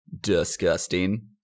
disgusting